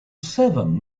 seven